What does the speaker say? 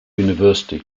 university